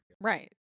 right